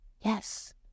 yes